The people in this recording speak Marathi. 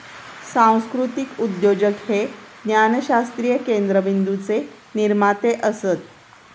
सांस्कृतीक उद्योजक हे ज्ञानशास्त्रीय केंद्रबिंदूचे निर्माते असत